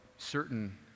certain